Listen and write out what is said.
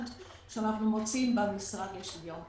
שאנחנו מוצאים במשרד לשוויון חברתי.